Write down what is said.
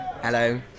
Hello